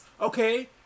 Okay